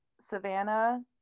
Savannah